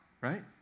right